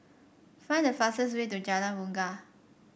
find the fastest way to Jalan Bungar